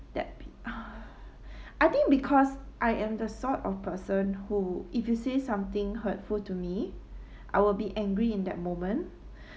that pe~ I think because I am the sort of person who if you say something hurtful to me I will be angry in that moment